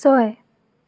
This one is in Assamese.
ছয়